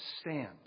stand